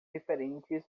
diferentes